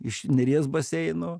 iš neries baseino